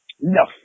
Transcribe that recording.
No